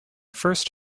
first